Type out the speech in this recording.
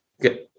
good